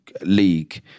league